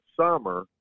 summer